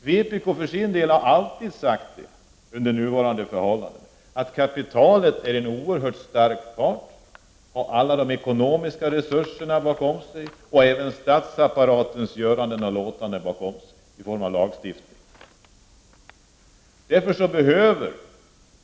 Vpk har för sin del alltid sagt att kapitalet under nuvarande förhållanden är en oerhört stark part, som har alla de ekonomiska resurserna bakom sig — och som även har statsapparatens göranden och låtanden i form av lagstiftning bakom sig.